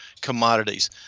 commodities